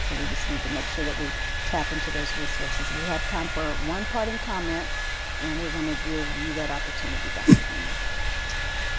so we just need to make sure we tap into those resources. we have time for one parting comment and we're going to give you that opportunity, dr. kramer